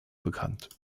bekannt